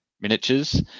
miniatures